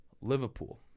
Liverpool